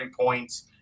points